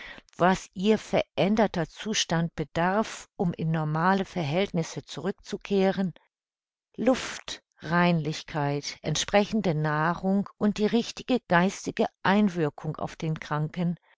was ihr veränderter zustand bedarf um in normale verhältnisse zurückzukehren luft reinlichkeit entsprechende nahrung und die richtige geistige einwirkung auf den kranken